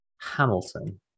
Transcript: Hamilton